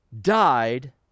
died